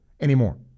anymore